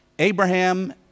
Abraham